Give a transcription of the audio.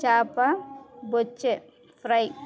చాప బొచ్చె ఫ్రై